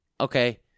Okay